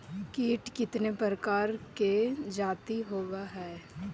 कीट कीतने प्रकार के जाती होबहय?